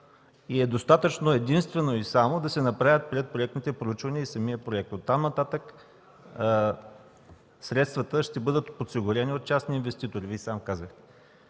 Достатъчно е единствено и само да се направят предпроектните проучвания и самият проект. От там нататък средствата ще бъдат подсигурени от частни инвеститори, Вие сам казахте.